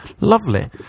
lovely